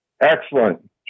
Excellent